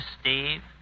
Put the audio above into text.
Steve